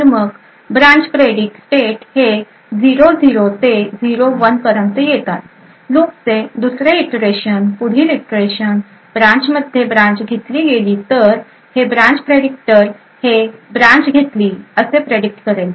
तर मग branch predict state हे 00 ते 01 पर्यंत येतात लुपचे दुसरे इटरेशन पुढील इटरेशन ब्रांच मध्ये ब्रांच घेतली गेली तर हे ब्रांच प्रेडिक्टर हे ब्रांच घेतली असे प्रेडिक्ट करेल